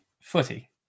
footy